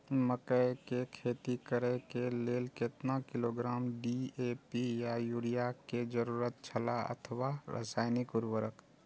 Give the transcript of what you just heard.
मकैय के खेती करे के लेल केतना किलोग्राम डी.ए.पी या युरिया के जरूरत छला अथवा रसायनिक उर्वरक?